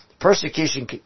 persecution